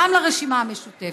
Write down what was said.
גם לרשימה המשותפת.